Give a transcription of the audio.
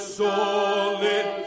solid